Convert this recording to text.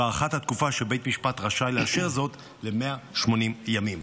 הארכת התקופה שבית משפט רשאי לאשר זאת ל-180 ימים.